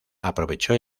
aprovechó